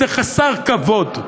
זה חסר כבוד,